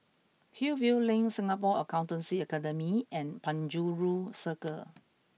Hillview Link Singapore Accountancy Academy and Penjuru Circle